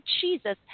Jesus